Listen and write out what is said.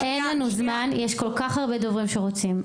(אומרת דברים בשפת הסימנים,